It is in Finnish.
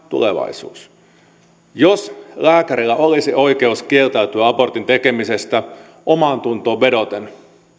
tulevaisuus jos lääkärillä olisi oikeus kieltäytyä abortin tekemisestä omaantuntoon vedoten